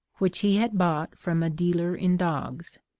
which he had bought from a dealer in dogs.